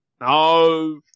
No